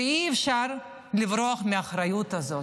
אי-אפשר לברוח מהאחריות הזאת.